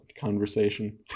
conversation